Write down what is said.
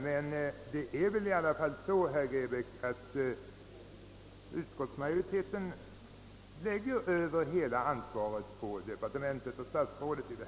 Men det är väl i alla fall så, herr Grebäck, att utskottsmajoriteten i detta fall lägger över hela ansvaret på departementet och statsrådet.